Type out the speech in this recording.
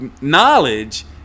knowledge